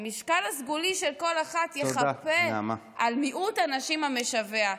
המשקל הסגולי של כל אחת יחפה על מיעוט הנשים המשווע.